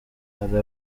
hari